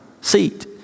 seat